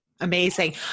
Amazing